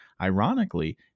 Ironically